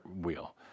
wheel